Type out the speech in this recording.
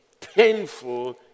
painful